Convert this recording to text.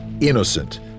Innocent